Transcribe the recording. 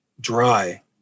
dry